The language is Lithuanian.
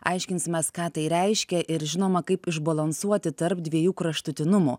aiškinsimės ką tai reiškia ir žinoma kaip išbalansuoti tarp dviejų kraštutinumų